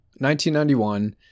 1991